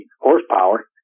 horsepower